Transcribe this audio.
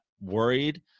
worried